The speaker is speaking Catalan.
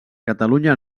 catalunya